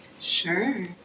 Sure